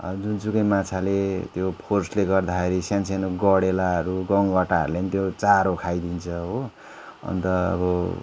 जुनसुकै माछाले त्यो फोर्सले गर्दाखेरि सानसानो गँडेउलाहरू गङ्गटाहरूले पनि त्यो चारो खाइदिन्छ हो अन्त अब